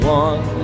one